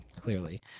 clearly